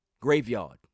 Graveyard